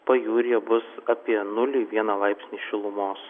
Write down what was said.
pajūryje bus apie nulį vieną laipsnį šilumos